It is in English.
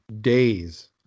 days